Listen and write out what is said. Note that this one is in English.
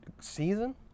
season